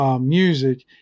music